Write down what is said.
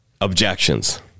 objections